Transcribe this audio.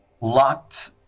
locked